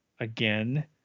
again